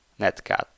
Netcat